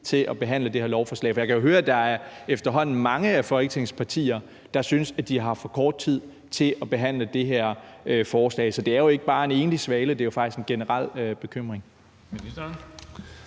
til at behandle det her lovforslag? For jeg kan jo høre, at der efterhånden er mange af Folketingets partier, der synes, at de har haft for kort tid til at behandle det her forslag. Så det er ikke bare en enlig svale; det er jo faktisk en generel bekymring.